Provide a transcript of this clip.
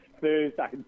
Thursday